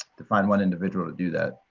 to find one individual to do that.